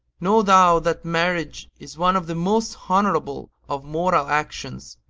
know thou that marriage is one of the most honourable of moral actions,